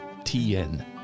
TN